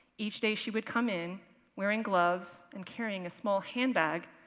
each day she would come in wearing gloves and carrying a small handbag,